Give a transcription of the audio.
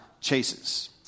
chases